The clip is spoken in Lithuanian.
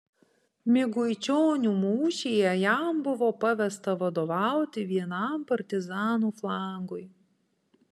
miguičionių mūšyje jam buvo pavesta vadovauti vienam partizanų flangui